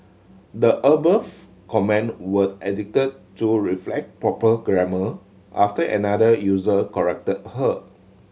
the above comment were edited to reflect proper grammar after another user corrected her